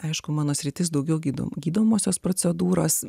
aišku mano sritis daugiau gydome gydomosios procedūros